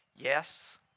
Yes